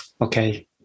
Okay